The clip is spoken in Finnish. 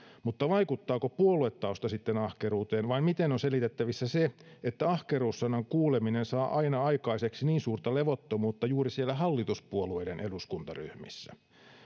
mutta vaikuttaako puoluetausta sitten ahkeruuteen vai miten on selitettävissä se että ahkeruus sanan kuuleminen saa aina aikaiseksi niin suurta levottomuutta juuri siellä hallituspuolueiden eduskuntaryhmissä